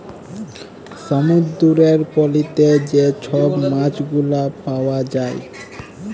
সমুদ্দুরের পলিতে যে ছব মাছগুলা পাউয়া যায়